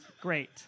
Great